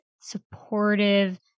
supportive